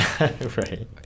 Right